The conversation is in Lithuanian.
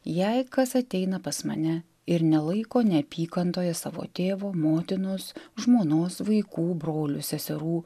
jei kas ateina pas mane ir nelaiko neapykantoje savo tėvo motinos žmonos vaikų brolių seserų